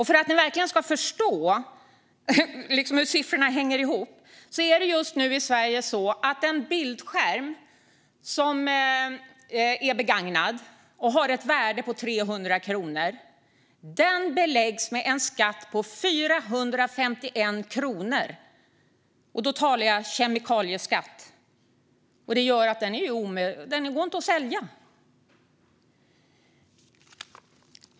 För att ni verkligen ska förstå hur siffrorna hänger ihop är det just nu så i Sverige att en bildskärm som är begagnad och har ett värde på 300 kronor beläggs med en skatt på 451 kronor. Och då talar jag om en kemikalieskatt. Det gör att den inte går att sälja.